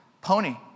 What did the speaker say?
Pony